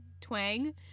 twang